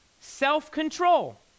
self-control